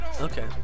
Okay